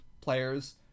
players